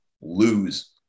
lose